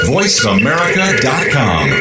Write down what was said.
VoiceAmerica.com